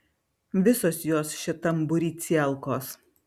visos jos šitam būry cielkos